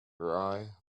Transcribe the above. rye